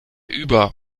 über